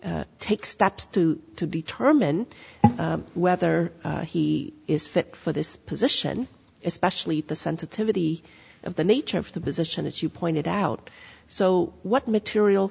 can take steps to to determine whether he is fit for this position especially the sensitivity of the nature of the position as you pointed out so what material